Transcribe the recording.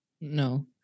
No